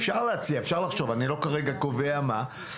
אפשר להציע ואפשר לחשוב, אני כרגע לא קובע מה.